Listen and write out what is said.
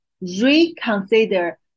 reconsider